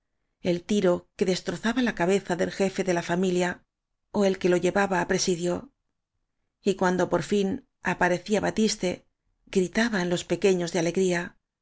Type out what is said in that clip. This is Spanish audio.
el tiro que destrozaba la cabeza del jefe de la familia ó el que lo llevaba á pre sidio y cuando por fin aparecía batiste gri taban los pequeños de alegría